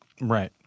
Right